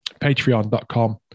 patreon.com